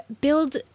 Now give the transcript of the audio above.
build